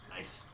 Nice